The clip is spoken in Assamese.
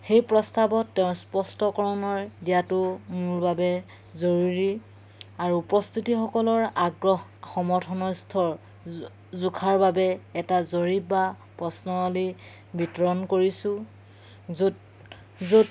সেই প্ৰস্তাৱত তেওঁ স্পষ্টকৰণৰ দিয়াটো মোৰ বাবে জৰুৰী আৰু উপস্থিতিসকলৰ আগ্ৰহ সমৰ্থনৰ স্তৰ জোখাৰ বাবে এটা জৰীব বা প্ৰশ্নাৱালী বিতৰণ কৰিছোঁ য'ত য'ত